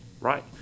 Right